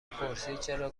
پرسیدچرا